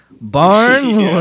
barn